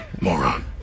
moron